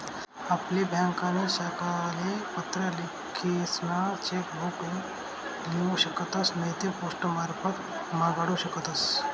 आपली ब्यांकनी शाखाले पत्र लिखीसन चेक बुक लेऊ शकतस नैते पोस्टमारफत मांगाडू शकतस